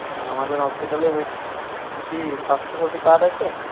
হ্যাঁ আমাদের হসপিটালে হয়ে যাবে আপনার কি স্বাস্থ্যসাথী কার্ড আছে